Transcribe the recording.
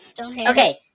Okay